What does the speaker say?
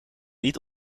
niet